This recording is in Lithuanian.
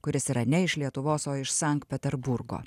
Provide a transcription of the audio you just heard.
kuris yra ne iš lietuvos o iš sankt peterburgo